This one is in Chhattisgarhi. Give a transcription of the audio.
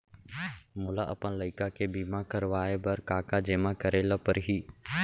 मोला अपन लइका के बीमा करवाए बर का का जेमा करे ल परही?